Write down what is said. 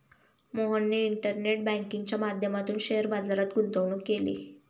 मोहनने इंटरनेट बँकिंगच्या माध्यमातून शेअर बाजारात गुंतवणूक केली